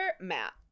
matt